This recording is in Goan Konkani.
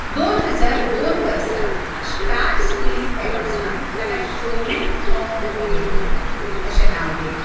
दोन हजार दोन वर्सा श्टार स्क्रीन एवड्सान ताका शोमॅन ऑफ द मिलेनियम अशें नांव दिलें